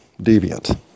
deviant